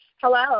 Hello